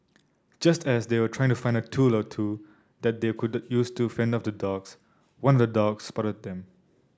just as they were trying to find a tool or two that they could use to fend off the dogs one of the dogs spotted them